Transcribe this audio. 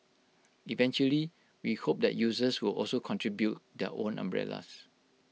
eventually we hope that users will also contribute their own umbrellas